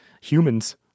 humans